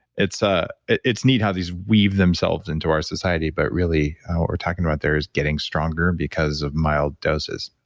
it's ah it's neat how these weave themselves into our society, but really what we're talking about there is getting stronger because of mild doses